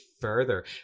further